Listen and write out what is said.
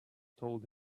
told